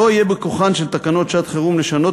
לא יהיה בכוחן של תקנות שעת-חירום לשנות